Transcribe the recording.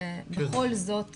אלא בכל זאת